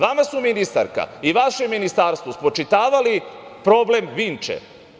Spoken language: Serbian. Vama su, ministarka i vašem ministarstvu, spočitavali problem Vinče.